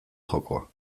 jokoa